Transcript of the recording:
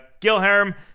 Gilherm